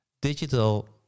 digital